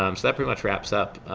um so that pretty much wraps up